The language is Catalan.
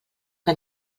que